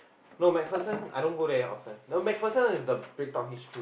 no MacPherson I don't go there often no MacPherson is the BreadTalk I_H_Q